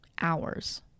hours